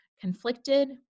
conflicted